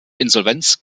insolvenz